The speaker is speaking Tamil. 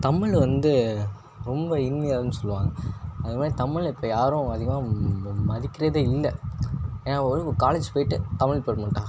தமிழ் வந்து ரொம்ப இனிமையானது சொல்லுவாங்கள் அது மாதிரி தமிழை இப்போ யாரும் அதிகமாக ம மதிக்கிறதே இல்லை ஏன்னா ஒரு காலேஜ் போய்ட்டு தமிழ் டிப்பார்மெண்ட்டா